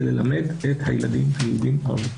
זה ללמד את הילדים היהודים ערבית,